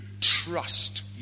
trust